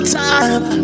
time